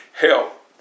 help